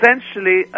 essentially